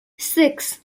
six